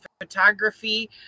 photography